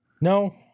No